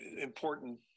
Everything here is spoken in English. important